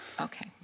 Okay